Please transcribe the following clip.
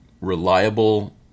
reliable